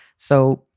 so,